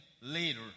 later